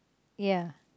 ya